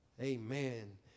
amen